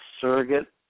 surrogate